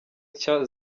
nshya